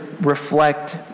reflect